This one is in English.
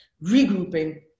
regrouping